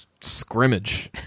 scrimmage